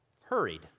hurried